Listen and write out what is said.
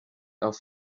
auf